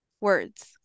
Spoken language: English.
words